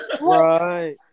right